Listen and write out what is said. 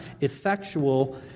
effectual